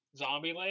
Zombieland